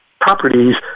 properties